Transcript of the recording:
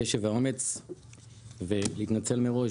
הקשב והאומץ ולהתנצל מראש,